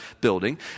building